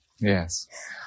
Yes